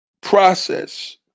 process